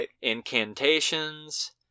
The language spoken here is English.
incantations